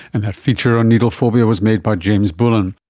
and that feature on needle phobia was made by james bullen